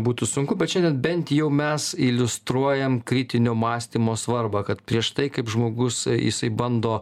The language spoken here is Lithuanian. būtų sunku bet šiandien bent jau mes iliustruojam kritinio mąstymo svarbą kad prieš tai kaip žmogus jisai bando